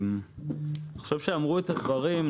אמרו את הדברים.